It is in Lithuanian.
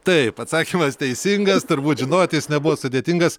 taip atsakymas teisingas turbūt žinojot jis nebuvo sudėtingas